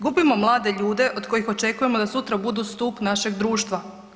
Gubimo mlade ljude od kojih očekujemo da sutra budu stup našeg društva.